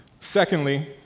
Secondly